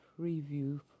preview